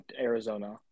Arizona